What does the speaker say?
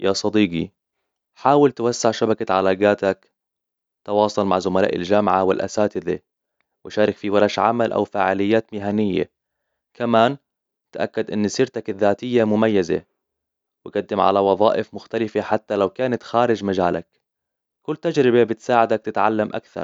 يا صديقي حاول توسع شبكة علاقاتك تواصل مع زملاء الجامعة والأساتذة وشارك فيه ورش عمل أو فعاليات مهنيه كمان تأكد إن سيرتك الذاتية مميزة وقدم على وظائف مختلفة حتى لو كانت خارج مجالك كل تجربة بتساعدك تتعلم أكثر